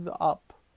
up